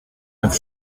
neuf